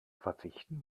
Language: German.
verzichten